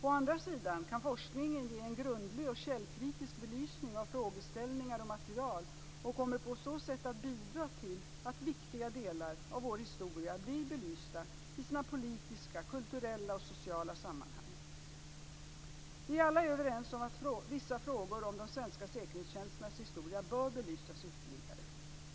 Å andra sidan kan forskningen ge en grundlig och källkritisk belysning av frågeställningar och material och kommer på så sätt att bidra till att viktiga delar av vår historia blir belysta i sina politiska, kulturella och sociala sammanhang. Vi är alla överens om att vissa frågor om de svenska säkerhetstjänsternas historia bör belysas ytterligare.